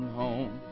home